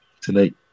tonight